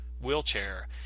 wheelchair